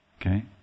Okay